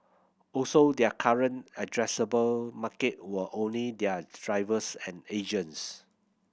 also their current addressable market were only their drivers and agents